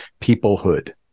peoplehood